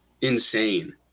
insane